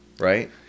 Right